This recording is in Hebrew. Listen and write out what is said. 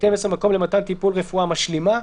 (12) מקום למתן טיפול רפואה משלימה,